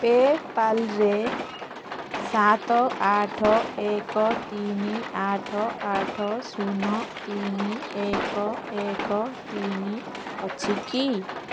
ପେପାଲ୍ରେ ସାତ ଆଠ ଏକ ତିନି ଆଠ ଆଠ ଶୂନ ତିନି ଏକ ଏକ ତିନି ଅଛି କି